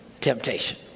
temptation